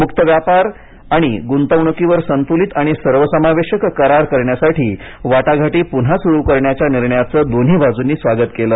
मुक्त व्यापार आणि गुंतवणुकीवर संतुलित आणि सर्वसमावेशक करार करण्यासाठी वाटाघाटी पुन्हा सुरु करण्याच्या निर्णयाचं दोन्ही बाजूंनी स्वागत केलं